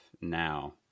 now